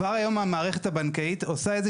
כבר היום המערכת הבנקאית עושה איזה